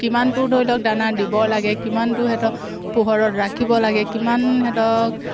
কিমানটো ধৰি লওক দানা দিব লাগে কিমানটো সিহঁতক পোহৰত ৰাখিব লাগে কিমান সিহঁতক